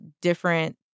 different